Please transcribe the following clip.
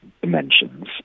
dimensions